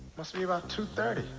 must be about two thirty.